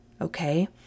okay